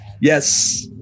Yes